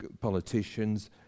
politicians